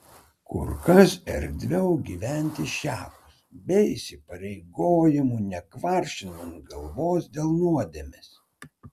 kur kas erdviau gyventi šiapus be įsipareigojimų nekvaršinant galvos dėl nuodėmės